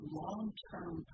long-term